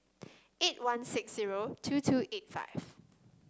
eight one six zero two two eight five